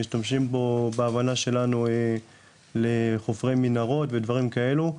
משתמשים בו לפי ההבנה שלנו לחופרי מנהרות בעזה ודברים כאלו,